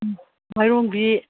ꯎꯝ ꯃꯥꯏꯔꯣꯡꯕꯤ